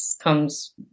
comes